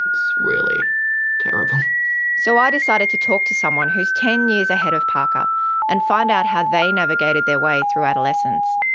it's really terrible so i decided to talk to someone who is ten years ahead of parker and find out how they navigated their way through adolescence.